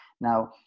now